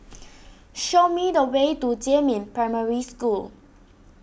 show me the way to Jiemin Primary School